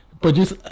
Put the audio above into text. produce